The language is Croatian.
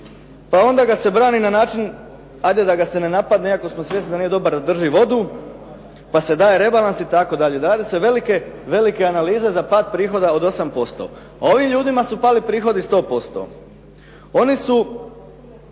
pa onda ga se brani na način ajde da ga se ne napadne iako smo svjesni da nije dobar da drži vodu, pa se daje rebalans itd., rade se velike analize za pad prihoda od 8%. A ovim ljudima su pali prihodi 100%.